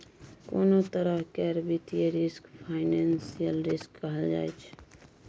कोनों तरह केर वित्तीय रिस्क फाइनेंशियल रिस्क कहल जाइ छै